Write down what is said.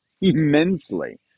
immensely